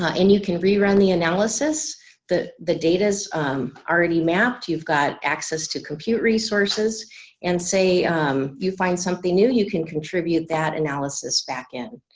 ah and you can rerun the analysis the the data is already mapped you've got access to compute resources and say you find something new you can contribute that analysis back in.